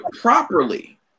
properly